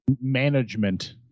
management